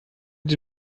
die